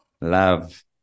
love